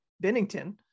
Bennington